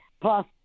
plus